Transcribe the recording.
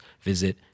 visit